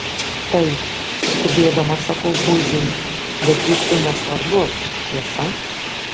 taip skubėdamas sakau buziai bet juk tai nesvarbu tiesa